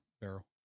barrel